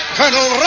Colonel